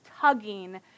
tugging